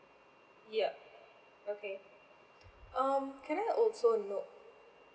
yup okay um can I also know